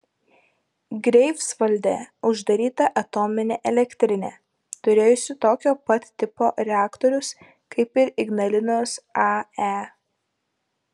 greifsvalde uždaryta atominė elektrinė turėjusi tokio pat tipo reaktorius kaip ir ignalinos ae